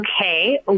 Okay